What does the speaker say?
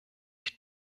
ich